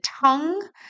tongue